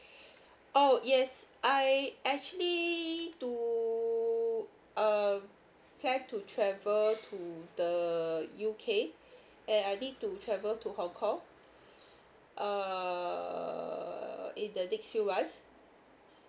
oh yes I actually to um plan to travel to the U_K and I need to travel to hong kong err in the next few months